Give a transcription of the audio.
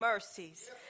mercies